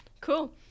Cool